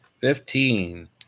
Fifteen